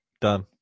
Done